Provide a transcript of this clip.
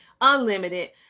unlimited